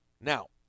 Now